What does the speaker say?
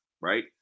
right